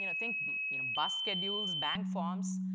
you know think you know bus schedules, bank forms.